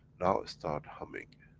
now ah start humming.